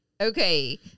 Okay